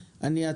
או אם המדינה,